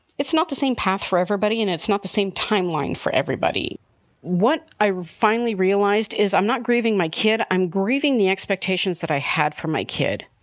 it's not the same path for everybody and it's not the same timeline for everybody what i finally realized is i'm not grieving my kid. i'm grieving the expectations that i had for my kid.